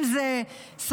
אם זה סמים,